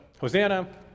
Hosanna